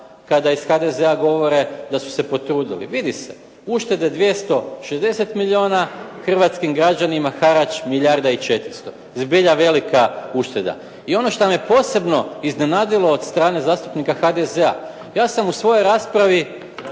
kada iz HDZ-a govore da su se potrudili. Vidi se. Uštede 260 milijona, hrvatskim građanima harač milijarda i 400. Zbilja velika ušteda. I ono šta me posebno iznenadilo od strane zastupnika HDZ-a. Ja sam u svojoj raspravi